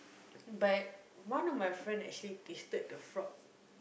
but one of my friend actually tasted the frog